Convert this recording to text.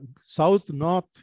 South-north